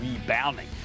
rebounding